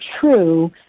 true